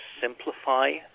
simplify